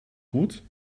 gut